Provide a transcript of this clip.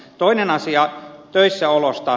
toinen asia töissä olosta